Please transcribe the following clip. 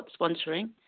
sponsoring